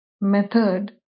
method